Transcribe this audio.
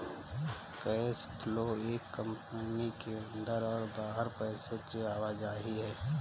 cash flow एक company के अंदर और बाहर पैसे की आवाजाही है